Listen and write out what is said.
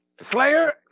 Slayer